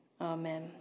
amen